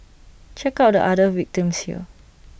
check out the other victims here